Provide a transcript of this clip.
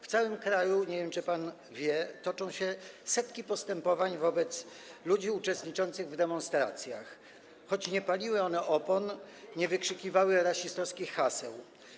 W całym kraju, nie wiem, czy pan wie, toczą się setki postępowań wobec ludzi uczestniczących w demonstracjach, choć te osoby nie paliły opon, nie wykrzykiwały rasistowskich haseł.